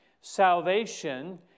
Salvation